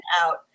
out